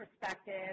perspective